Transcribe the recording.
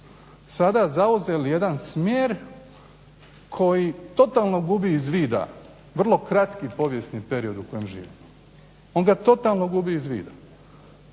sada zauzeli jedan smjer koji totalno gubi iz vida vrlo kratki povijesni period u kojem živimo. On ga totalno gubi iz vida